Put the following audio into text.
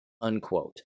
unquote